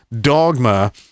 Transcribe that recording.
dogma